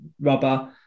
rubber